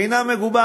אינה מגובה,